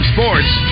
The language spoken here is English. Sports